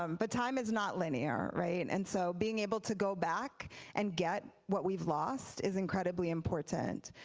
um but time is not linear, right and so being able to go back and get what we've lost is incredibly important.